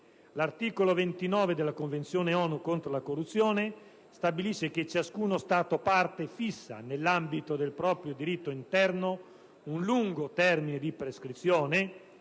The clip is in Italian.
L'articolo 29 della Convenzione ONU contro la corruzione stabilisce che: «...ciascuno Stato Parte fissa, nell'ambito del proprio diritto interno, un lungo termine di prescrizione»